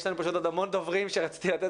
יש לנו פשוט עוד המון דוברים שרציתי לתת